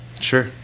Sure